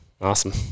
Awesome